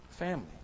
family